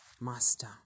Master